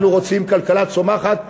אנחנו רוצים כלכלה צומחת והוגנת.